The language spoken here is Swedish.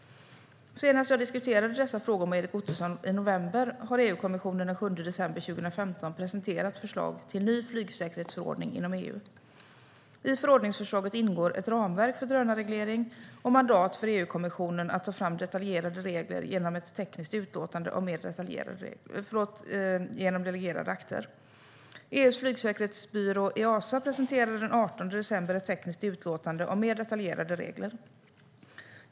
Sedan jag senast diskuterade dessa frågor med Erik Ottoson i november har EU-kommissionen den 7 december 2015 presenterat förslag till ny flygsäkerhetsförordning inom EU. I förordningsförslaget ingår ett ramverk för drönarreglering och mandat för EU-kommissionen att ta fram detaljerade regler genom delegerade akter. EU:s flygsäkerhetsbyrå Easa presenterade den 18 december ett tekniskt utlåtande om mer detaljerade regler.